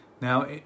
Now